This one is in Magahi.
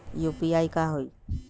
यू.पी.आई की होई?